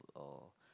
or